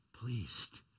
pleased